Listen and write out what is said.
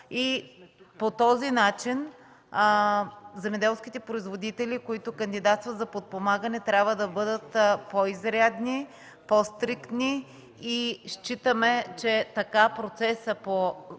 По този начин земеделските производители, които кандидатстват за подпомагане, трябва да бъдат по-изрядни, по-стриктни. Считаме, че така процесът по